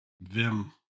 Vim